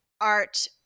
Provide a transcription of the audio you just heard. Art